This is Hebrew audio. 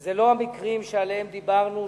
זה לא המקרים שעליהם דיברנו,